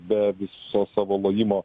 be viso savo lojimo